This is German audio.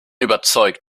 überzeugt